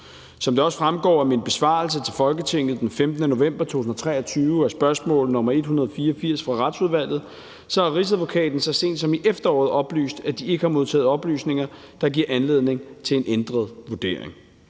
Som det også fremgår af min besvarelse til Folketinget den 15. november 2023 på spørgsmål nr. 184 fra Retsudvalget, har Rigsadvokaten så sent som i efteråret oplyst, at de ikke har modtaget oplysninger, der giver anledning til en ændret vurdering.